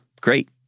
great